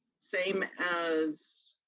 same as